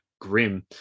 grim